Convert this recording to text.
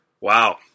Wow